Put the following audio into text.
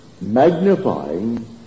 magnifying